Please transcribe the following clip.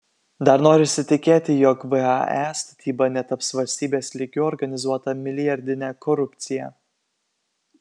dar norisi tikėti jog vae statyba netaps valstybės lygiu organizuota milijardine korupcija